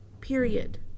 period